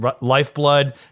Lifeblood